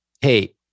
Hey